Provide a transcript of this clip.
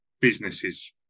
businesses